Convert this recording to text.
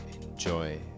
enjoy